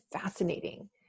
fascinating